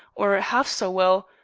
or half so well,